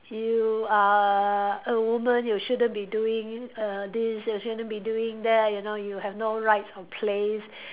you are a woman you shouldn't be doing err this you shouldn't be doing that you know you have no rights or place